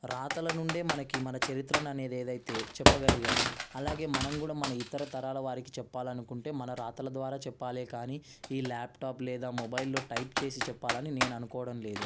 రాతల నుండే మనకు మన చరిత్రను అనేది ఏదైతే చెప్పగలిగారు అలాగే మనం కూడా మన ఇతర తరాల వారికి చెప్పాలనుకుంటే మన రాతల ద్వారా చెప్పాలే కానీ ఈ ల్యాప్టాప్ లేదా మొబైల్లో టైప్ చేసి చెప్పాలని నేను అనుకోవడం లేదు